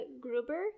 Gruber